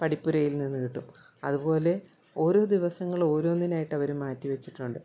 പഠിപ്പുരയിൽ നിന്ന് കിട്ടും അതുപോലെ ഓരോ ദിവസങ്ങളും ഓരോന്നിനായിട്ട് അവർ മാറ്റി വെച്ചിട്ടുണ്ട്